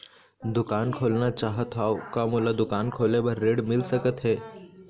दुकान खोलना चाहत हाव, का मोला दुकान खोले बर ऋण मिल सकत हे?